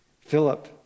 Philip